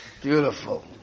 beautiful